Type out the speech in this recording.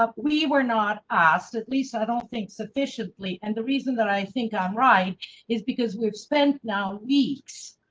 ah we were not asked at least, i don't think sufficiently. and the reason that i think i'm right is because we've spent now weeks.